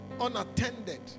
unattended